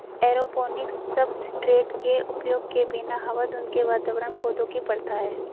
aeroponics substrate के उपयोग के बिना हवा धुंध के वातावरण पौधों की प्रथा है